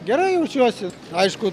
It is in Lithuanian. gerai jaučiuosi aišku